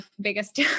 biggest